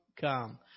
come